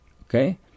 Okay